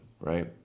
right